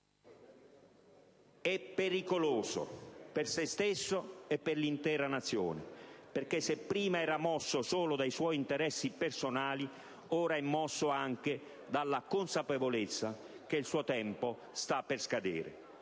è pericoloso per se stesso e per l'intera Nazione, perché, se prima era mosso solo dai suoi interessi personali, ora è mosso anche dalla consapevolezza che il suo tempo sta per scadere.